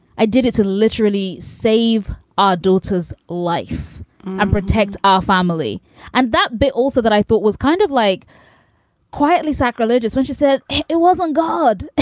i did it to literally save our daughter's life and protect our family and that bit also that i thought was kind of like quietly sacrilegious when she said it wasn't god.